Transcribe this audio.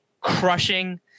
crushing